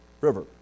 river